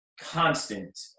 constant